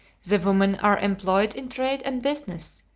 the women are employed in trade and business,